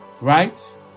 right